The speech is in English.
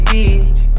Beach